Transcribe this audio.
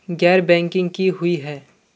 गैर बैंकिंग की हुई है?